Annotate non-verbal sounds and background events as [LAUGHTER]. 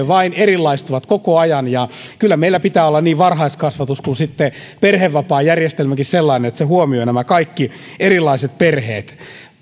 [UNINTELLIGIBLE] vain erilaistuvat koko ajan ja kyllä meillä pitää olla niin varhaiskasvatuksen kuin sitten perhevapaajärjestelmänkin sellainen että se huomioi nämä kaikki erilaiset perheet